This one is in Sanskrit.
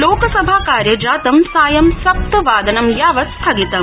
लोकसभाकार्यजातं सायं सप्तवा नम् यावत् स्थगितम्